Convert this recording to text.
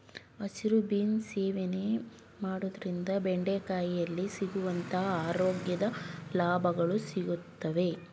ಹಸಿರು ಬೀನ್ಸ್ ಸೇವನೆ ಮಾಡೋದ್ರಿಂದ ಬೆಂಡೆಕಾಯಿಯಲ್ಲಿ ಸಿಗುವಂತ ಆರೋಗ್ಯದ ಲಾಭಗಳು ಸಿಗುತ್ವೆ